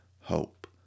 hope